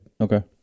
Okay